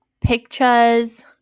pictures